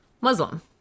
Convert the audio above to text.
Muslim